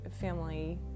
family